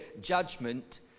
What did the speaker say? judgment